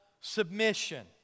submission